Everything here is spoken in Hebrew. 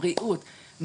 בריאות,